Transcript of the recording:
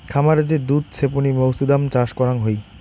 খামারে যে দুধ ছেপনি মৌছুদাম চাষ করাং হই